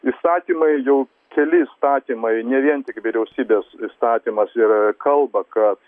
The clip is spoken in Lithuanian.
įstatymai jau keli įstatymai ne vien tik vyriausybės įstatymas ir kalba kad